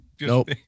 nope